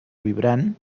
vibrant